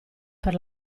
per